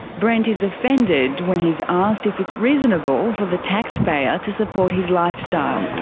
brent is offended when he's asked if it's reasonable for the taxpayer to support his lifestyle.